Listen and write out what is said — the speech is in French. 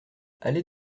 allée